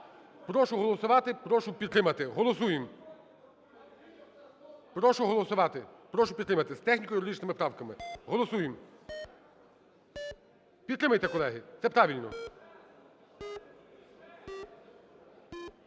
Прошу голосувати. Прошу підтримати. Голосуємо! Прошу голосувати. Прошу підтримати. З техніко-юридичними правками голосуємо. Підтримайте, колеги. Це правильно.